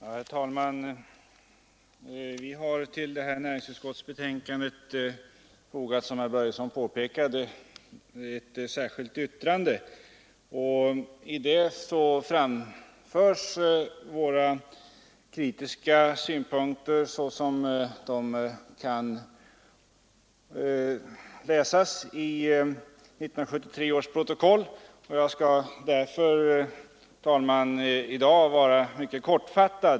Herr talman! Vi har från folkpartiet, som herr Börjesson i Glömminge påpekade, fogat ett särskilt yttrande till näringsutskottets betänkande nr 37, I detta redovisas ett sammandrag av våra principiella invändningar mot den fjärde AP-fonden så som de framfördes i 1973 års debatt. Jag skall därför, herr talman, i dag vara mycket kortfattad.